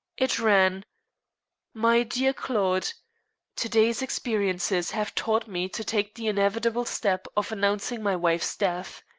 it ran my dear claude today's experiences have taught me to take the inevitable step of announcing my wife's death.